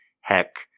Heck